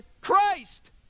Christ